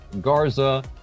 Garza